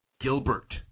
Gilbert